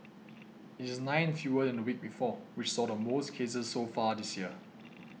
it is nine fewer than the week before which saw the most cases so far this year